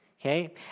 Okay